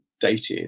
dated